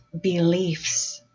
beliefs